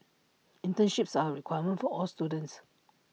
internships are A requirement for all students